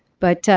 but,